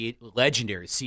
legendary